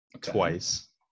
Twice